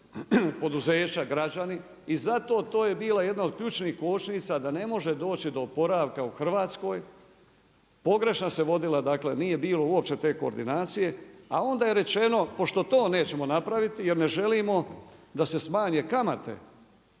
poduzeća, građani i zato to je bila jedna od ključnih kočnica da ne može doći do oporavka u Hrvatskoj, pogrešno se vodila, dakle nije bilo uopće te koordinacije. A onda je rečeno pošto to nećemo napraviti, jer ne želimo da se smanje kamate